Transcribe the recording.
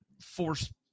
force